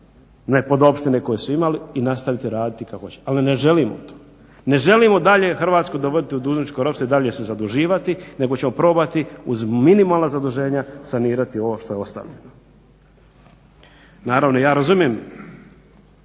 nepodopštine koje su imali i nastaviti raditi kako hoćemo. Ali ne želimo to. Ne želimo dalje Hrvatsku dovoditi u dužničko ropstvo i dalje se zaduživati, nego ćemo probati uz minimalna zaduženja sanirati ovo što je ostavljeno. Naravno, ja razumijem